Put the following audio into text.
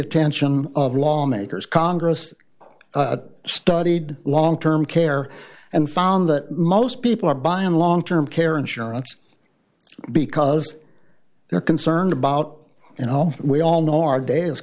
attention of lawmakers congress studied long term care and found that most people are buying long term care insurance because they're concerned about you know we all know